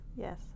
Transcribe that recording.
Yes